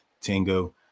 Tango